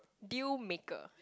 deal maker